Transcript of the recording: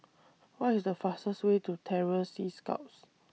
What IS The fastest Way to Terror Sea Scouts